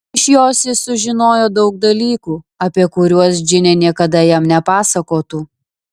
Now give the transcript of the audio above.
iš jos jis sužinojo daug dalykų apie kuriuos džinė niekada jam nepasakotų